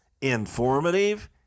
Informative